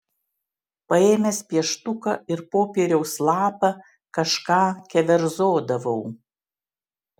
paėmęs pieštuką ir popieriaus lapą kažką keverzodavau